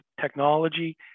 technology